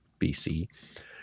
bc